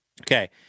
okay